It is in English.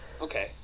okay